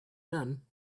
none